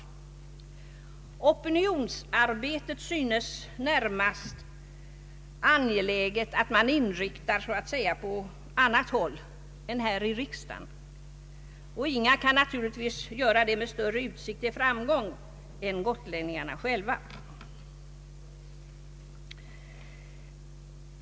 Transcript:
Det synes angeläget att opinionsarbetet i denna fråga närmast inriktas på annat håll än här i riksdagen, och inga kan naturligtvis göra det med större utsikt till framgång än gotlänningarna själva. Övervägandena inom departementet i frågan fortgår.